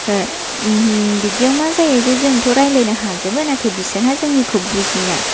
बिदियाव मा जायो जे जोंथ' रायलायनो हाजोबो नाथाय बिसोरो जोंनिखौ बुजिया